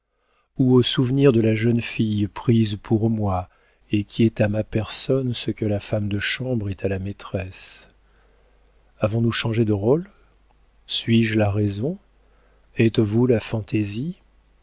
ou au souvenir de la jeune fille prise pour moi et qui est à ma personne ce que la femme de chambre est à la maîtresse avons-nous changé de rôle suis-je la raison êtes-vous la fantaisie